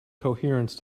coherence